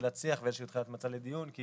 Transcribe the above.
תחילת שיח ואיזושהי תחילת מצע לדיון כי